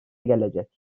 gelecek